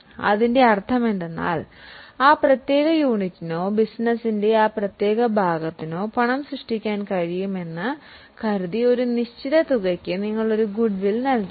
അതിനാൽ ഇതിന്റെ അർത്ഥമെന്തെന്നാൽ ആ പ്രത്യേക യൂണിറ്റിനോ ബിസിനസിന്റെ ആ പ്രത്യേക ഭാഗത്തിനോ പണം സൃഷ്ടിക്കാൻ കഴിയുമെന്ന് കരുതി ഒരു നിശ്ചിത തുക ഗുഡ്വിൽ നൽകി